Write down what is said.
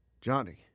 Johnny